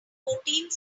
fourteenth